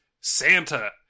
santa